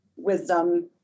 wisdom